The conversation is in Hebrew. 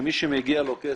שמי שמגיע לו כסף,